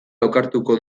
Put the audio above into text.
lokartuko